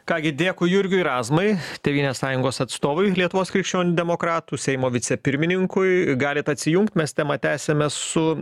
ką gi dėkui jurgiui razmai tėvynės sąjungos atstovui lietuvos krikščionių demokratų seimo vicepirmininkui galit atsijungt mes temą tęsiame su